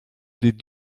des